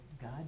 God